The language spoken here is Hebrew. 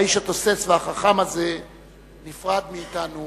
האיש התוסס והחכם הזה נפרד מאתנו